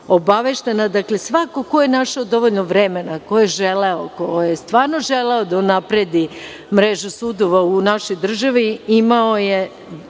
svako ko je našao dovoljno vremena, ko je želeo, ko je stvarno želeo da unapredi mrežu sudova u našoj državi imao je